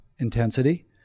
intensity